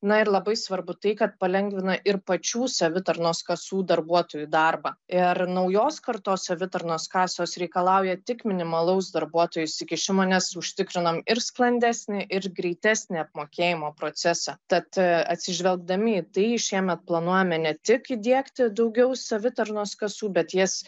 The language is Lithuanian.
na ir labai svarbu tai kad palengvina ir pačių savitarnos kasų darbuotojų darbą ir naujos kartos savitarnos kasos reikalauja tik minimalaus darbuotojų įsikišimo nes užtikrinam ir sklandesnį ir greitesnį apmokėjimo procesą tad atsižvelgdami į tai šiemet planuojame ne tik įdiegti daugiau savitarnos kasų bet jas